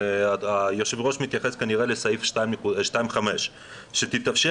היושב ראש מתייחס כנראה לסעיף 2(5) שתתאפשר